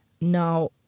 Now